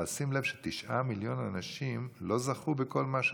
אבל שים לב שתשעה מיליון אנשים לא זכו בכל זה,